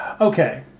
Okay